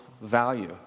value